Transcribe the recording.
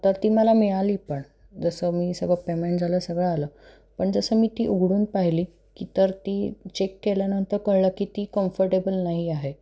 तर ती मला मिळाली पण जसं मी सगळं पेमेंट झालं सगळं आलं पण जसं मी ती उघडून पाहिली की तर ती चेक केल्यानंतर कळलं की ती कम्फर्टेबल नाही आहे